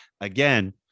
again